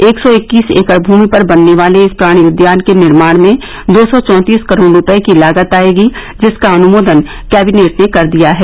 एक सौ इक्कीस एकड़ भूमि पर बनने वाले इस प्राणि उद्यान के निर्माण में दो सौ चौतीस करोड़ रूपये की लागत आएगी जिसका अनुमोदन कैबिनेट ने कर दिया है